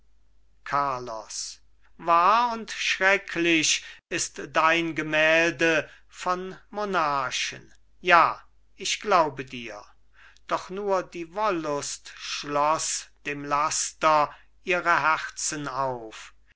carlos wahr und schrecklich ist dein gemälde von monarchen ja ich glaube dir doch nur die wollust schloß dem laster ihre herzen auf